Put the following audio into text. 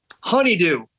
Honeydew